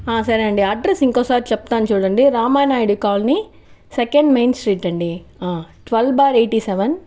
సరే అండి అడ్రస్ ఇంకోసారి చెప్తాను చూడండి Ramanaidu colony second main street అండీ ట్వల్వ్ బార్ ఎయిటి సెవెన్